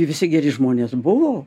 visi geri žmonės buvo